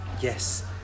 Yes